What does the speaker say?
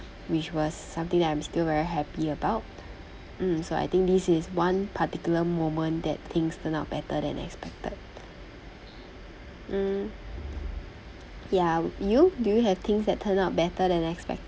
which was something that I'm still very happy about mm so I think this is one particular moment that things turn out better than expected mm ya you do you have things that turn out better than expected